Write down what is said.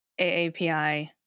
AAPI